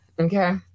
Okay